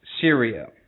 Syria